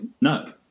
no